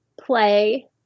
play